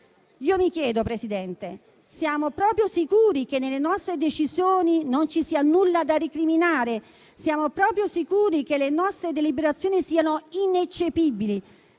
Io mi chiedo, signora Presidente, se siamo proprio sicuri che nelle nostre decisioni non ci sia nulla da recriminare. Siamo proprio sicuri che le nostre deliberazioni siano ineccepibili?